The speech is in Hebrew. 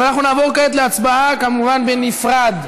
אנחנו נעבור כעת להצבעה, כמובן בנפרד.